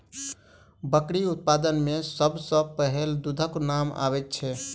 बकरी उत्पाद मे सभ सॅ पहिले दूधक नाम अबैत छै